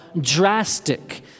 drastic